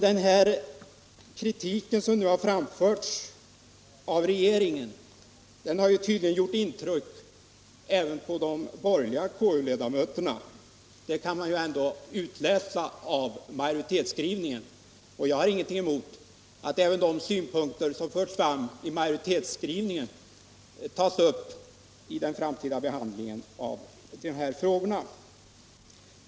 Den kritik som nu har framförts av regeringen har tydligen gjort intryck även på de borgerliga KU-ledamöterna —- det kan man utläsa av majoritetens skrivning. Jag har ingenting emot att även de synpunkter som framförts i majoritetens skrivning tas upp vid den framtida behandlingen av dessa frågor.